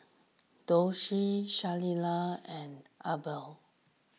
Doshie Sheilah and Abner